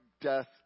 death